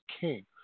King